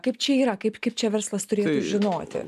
kaip čia yra kaip kaip verslas turėtų žinoti